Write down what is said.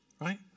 right